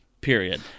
Period